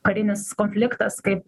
karinis konfliktas kaip